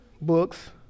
books